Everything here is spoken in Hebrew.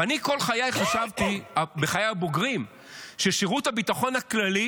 ואני כל חיי הבוגרים חשבתי ששירות הביטחון הכללי